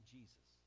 Jesus